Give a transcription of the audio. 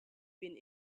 been